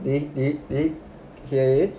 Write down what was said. eh eh eh K